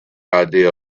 idea